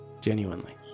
genuinely